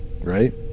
right